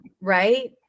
right